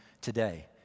today